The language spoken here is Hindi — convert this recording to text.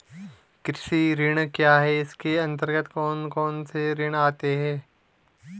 कृषि ऋण क्या है इसके अन्तर्गत कौन कौनसे ऋण आते हैं?